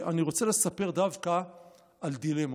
אני רוצה לספר דווקא על דילמות,